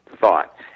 thought